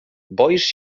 boisz